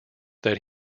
that